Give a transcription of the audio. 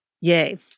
Yay